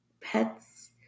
pets